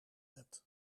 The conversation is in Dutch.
hebt